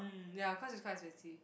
mm ya cause it's quite expensive